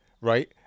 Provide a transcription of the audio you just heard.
Right